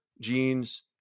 jeans